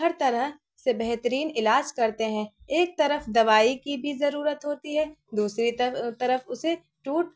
ہر طرح سے بہترین علاج کرتے ہیں ایک طرف دوائی کی بھی ضرورت ہوتی ہے دوسری طرف اسے ٹوٹ